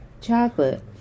chocolate